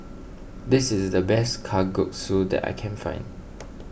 this is the best Kalguksu that I can find